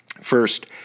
First